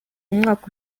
umwaka